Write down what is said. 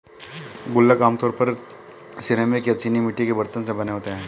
गुल्लक आमतौर पर सिरेमिक या चीनी मिट्टी के बरतन से बने होते हैं